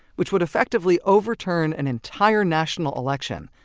which would effectively overturn an entire national election,